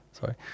Sorry